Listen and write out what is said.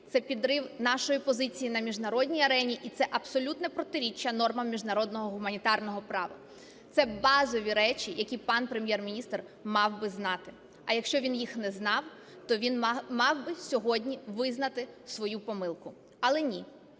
це підрив нашої позиції на міжнародній арені і це абсолютне протиріччя нормам міжнародного гуманітарного права. Це базові речі, які пан Прем'єр-міністр мав би знати. А якщо він їх не знав, то він мав би сьогодні визнати свою помилку. Але ні.